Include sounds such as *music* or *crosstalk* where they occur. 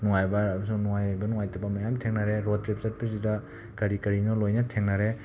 ꯅꯨꯡꯉꯥꯏꯕ *unintelligible* ꯅꯨꯡꯉꯥꯏꯕ ꯅꯨꯡꯉꯥꯏꯇꯕ ꯃꯌꯥꯝ ꯊꯦꯡꯅꯔꯦ ꯔꯣꯠ ꯇ꯭ꯔꯤꯞ ꯆꯠꯄꯁꯤꯗ ꯀꯔꯤ ꯀꯔꯤꯅꯣ ꯂꯣꯏꯅ ꯊꯦꯡꯅꯔꯦ